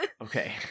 okay